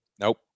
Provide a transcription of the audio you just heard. Nope